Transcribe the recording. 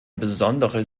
besondere